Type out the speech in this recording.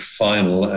final